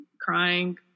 crying